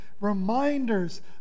reminders